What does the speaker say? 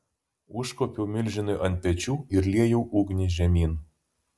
užkopiau milžinui ant pečių ir liejau ugnį žemyn